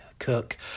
Cook